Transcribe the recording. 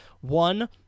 One